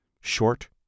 short